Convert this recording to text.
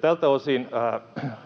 tältä osin